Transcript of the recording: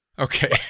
okay